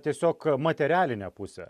tiesiog materialinę pusę